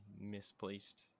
misplaced